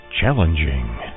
Challenging